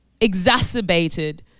exacerbated